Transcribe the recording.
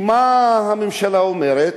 כי מה הממשלה אומרת?